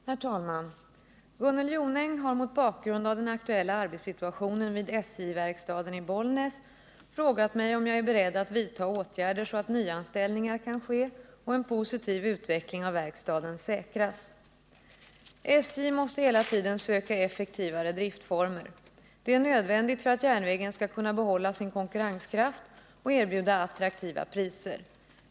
Herr talman! Gunnel Jonäng har mot bakgrund av den aktuella arbetssituationen vid SJ-verkstaden i Bollnäs frågat mig om jag är beredd att vidta åtgärder så att nyanställningar kan ske och en positiv utveckling av verkstaden säkras. SJ måste hela tiden söka effektivare driftformer. Det är nödvändigt för att järnvägen skall kunna behålla sin konkurrenskraft och erbjuda attraktiva priser.